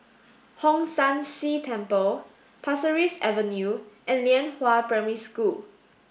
Hong San See Temple Pasir Ris Avenue and Lianhua Primary School